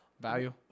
value